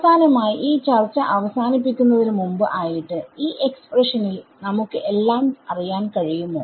അവസാനമായി ഈ ചർച്ച അവസാനിപ്പിക്കുന്നതിന് മുമ്പ് ആയിട്ട് ഈ എക്സ്പ്രഷൻ ൽ നമുക്ക് എല്ലാം അറിയാൻ കഴിയുമോ